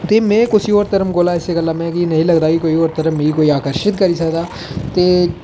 ते में कुसै होर धर्म कोला इस गल्ला मिगी नेईं लगदा कि कोई और धर्म मीं कोई आकर्शत करी सकदा ते